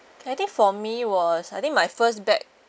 I think for me was I think my first bad